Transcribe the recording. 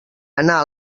anar